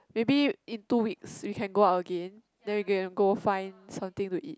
maybe in two weeks we can go out again then we can go find something to eat